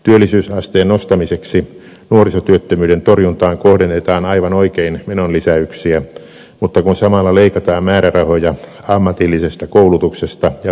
työllisyysasteen nostamiseksi nuorisotyöttömyyden torjuntaan kohdennetaan aivan oikein menonlisäyksiä mutta kun samalla leikataan määrärahoja ammatillisesta koulutuksesta ja oppisopimuskoulutuksesta lopputulos on huono